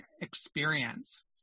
experience